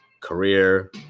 career